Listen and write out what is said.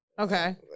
Okay